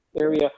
area